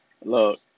Look